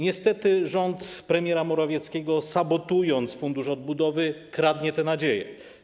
Niestety rząd premiera Morawieckiego, sabotując Fundusz Odbudowy, kradnie te nadzieje.